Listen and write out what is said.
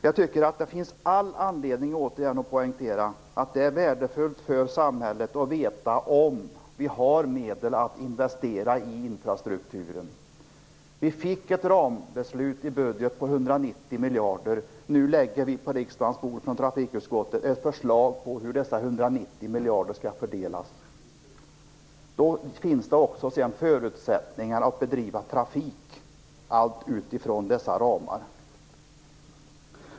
Jag tycker att det finns all anledning att återigen poängtera att det är värdefullt för samhället att veta om vi har medel att investera i infrastrukturen. Vi fick ett rambeslut i budgeten på 190 miljarder. Nu lägger trafikutskottet på riksdagens bord ett förslag om hur dessa 190 miljarder skall fördelas. Då finns det sedan också förutsättningar att bedriva trafik utifrån dessa ramar.